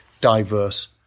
diverse